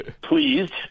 pleased